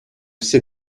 все